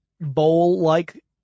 bowl-like